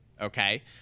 okay